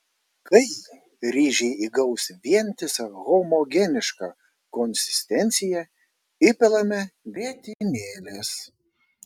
kai ryžiai įgaus vientisą homogenišką konsistenciją įpilame grietinėlės